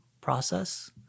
process